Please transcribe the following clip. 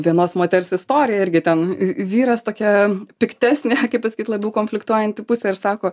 vienos moters istoriją irgi ten vyras tokia piktesnė kaip pasakyt labiau konfliktuojanti pusė ir sako